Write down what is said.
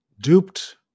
Duped